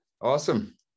Awesome